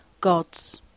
God's